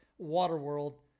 Waterworld